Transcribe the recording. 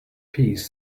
piece